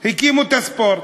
הקימו את הספורט,